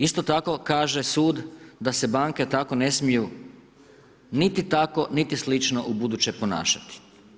Isto tako kaže sud da se banke tako ne smiju, niti tako, niti slično u buduće ponašati.